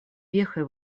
вехой